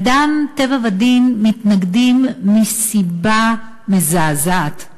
"אדם, טבע ודין" מתנגדים מסיבה מזעזעת: